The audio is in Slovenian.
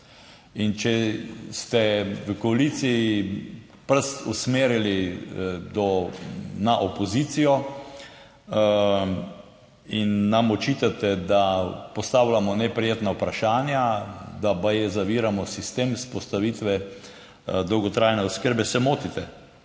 če ste v koaliciji prst usmerili do na opozicijo, in nam očitate, da postavljamo neprijetna vprašanja, da baje zaviramo sistem vzpostavitve dolgotrajne oskrbe, se motite.